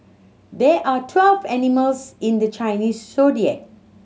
there are twelve animals in the Chinese Zodiac